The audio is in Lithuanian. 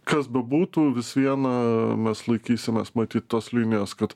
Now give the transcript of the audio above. kas bebūtų vis viena mes laikysimės matyt tos linijos kad